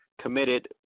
committed